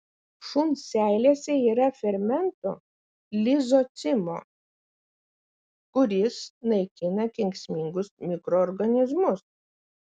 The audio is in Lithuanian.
šuns seilėse yra fermento lizocimo kuris naikina kenksmingus mikroorganizmus